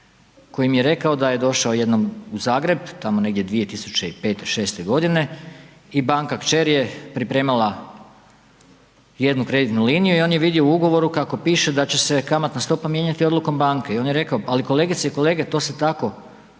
koji mi je rekao da je došao jednom u Zagreb tamo negdje 2005., 2006. godine i banka kćer je pripremala jednu kreditnu liniju i on je vidio u ugovoru kako piše da će se kamatna stopa mijenjati odlukom banke. I on je rekao ali kolegice i kolege to se tako